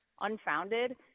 unfounded